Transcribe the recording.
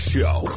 Show